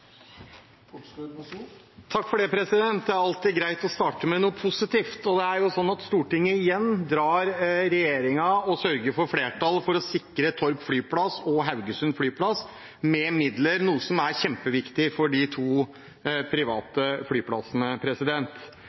sånn at Stortinget igjen drar regjeringen og sørger for flertall for å sikre Torp flyplass og Haugesund flyplass med midler, noe som er kjempeviktig for de to private flyplassene.